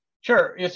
Sure